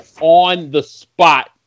on-the-spot